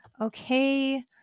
Okay